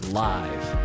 live